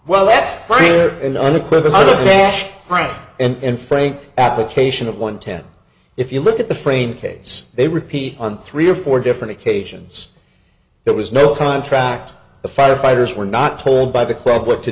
well that's an unequivocal right and frank application of one ten if you look at the framed case they repeat on three or four different occasions there was no contract the firefighters were not told by the club what to